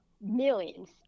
millions